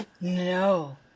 No